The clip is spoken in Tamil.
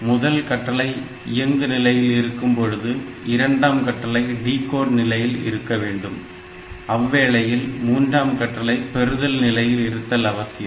முதல் கட்டளை இயங்குநிலையில் இருக்கும்பொழுது இரண்டாம் கட்டளை டிகோட் நிலையில் இருக்க வேண்டும் அவ்வேளையில் மூன்றாம் கட்டளை பெறுதல் நிலையில் இருத்தல் அவசியம்